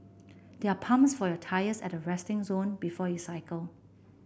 there are pumps for your tyres at the resting zone before you cycle